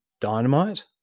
Dynamite